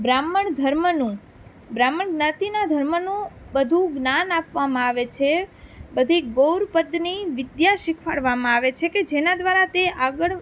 બ્રાહ્મણ ધર્મનું બ્રાહ્મણ જ્ઞાતિના ધર્મનું બધું જ્ઞાન આપવામાં આવે છે બધી ગૌર પદની વિદ્યા શીખવાડવામાં આવે છે કે જેના દ્વારા તે આગળ